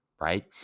right